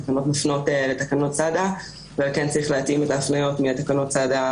התקנות מפנות לתקנות סד"א ועל כן צריך להתאים את ההפניות מתקנות סד"א,